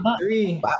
Three